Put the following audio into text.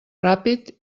ràpid